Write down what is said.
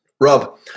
Rob